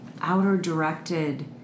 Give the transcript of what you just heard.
outer-directed